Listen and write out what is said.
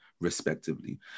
respectively